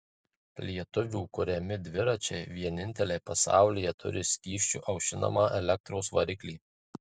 lietuvių kuriami dviračiai vieninteliai pasaulyje turi skysčiu aušinamą elektros variklį